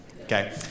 okay